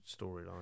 storyline